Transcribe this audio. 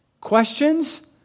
Questions